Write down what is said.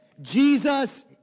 Jesus